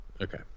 Okay